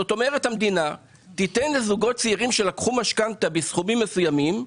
כלומר המדינה תיתן לזוגות צעירים שלקחו משכנתה בסכומים מסוימים,